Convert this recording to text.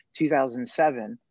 2007